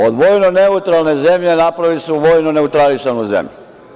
Od vojno neutralne zemlje, napravili su vojnu neutralisanu zemlju.